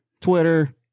twitter